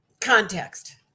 Context